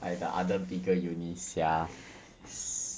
like the other bigger uni sia s~